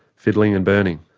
fiddling and burning.